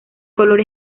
color